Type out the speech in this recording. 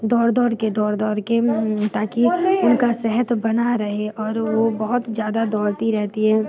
दौड़ दौड़ के दौड़ दौड़ के ताकि उनकी सेहत बनी रहे और वो बहुत ज़्यादा दौड़ती रहती हैं